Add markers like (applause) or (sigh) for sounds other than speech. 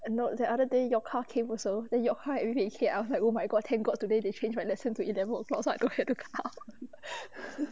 and not the other day youka came also then youka hide his head outside oh my god thanks god today they change my lesson to eleven o'clock so okay I don't have to come (laughs)